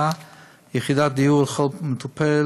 ובה יחידת דיור לכל מטופל,